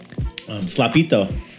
Slapito